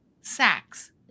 sacks